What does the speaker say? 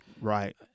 Right